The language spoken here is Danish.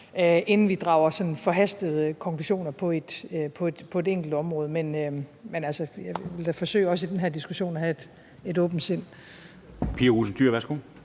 inden vi drager forhastede konklusioner på et enkelt område. Men jeg vil da også i den her diskussion forsøge at have et åbent sind. Kl. 13:34 Formanden (Henrik